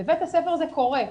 בבית הספר זה קורה,